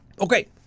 Okay